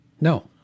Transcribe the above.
No